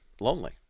lonely